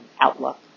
outlook